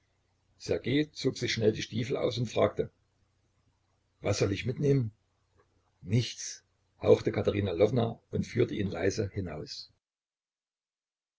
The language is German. zog sich schnell die stiefel aus und fragte was soll ich mitnehmen nichts hauchte katerina lwowna und führte ihn leise hinaus